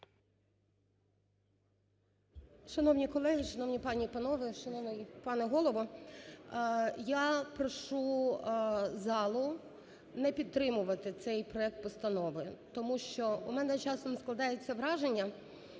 Шановні колеги! Шановні пані і панове! Шановний пане Голово! Я прошу залу не підтримувати цей проект постанови, тому що в мене часом складається враження,